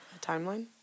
timeline